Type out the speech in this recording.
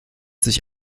sich